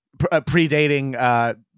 predating